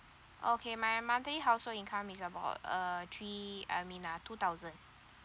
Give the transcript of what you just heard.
okay my monthly household income is about uh three I mean uh two thousand